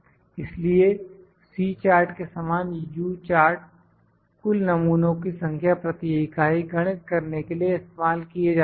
इसलिए C chart के समान U चार्ट कुल नमूनों की संख्या प्रति इकाई गणित करने के लिए इस्तेमाल किए जाते हैं